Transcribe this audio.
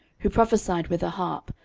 who prophesied with a harp,